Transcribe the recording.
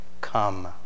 come